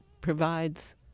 provides